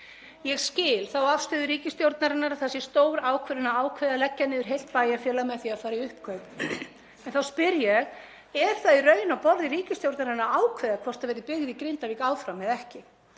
Ég skil þá afstöðu ríkisstjórnarinnar að það sé stór ákvörðun að ákveða að leggja niður heilt bæjarfélag með því að fara í uppkaup. En þá spyr ég: Er það í raun á borði ríkisstjórnarinnar að ákveða hvort það verði byggð í Grindavík áfram eða ekki?